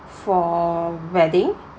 for wedding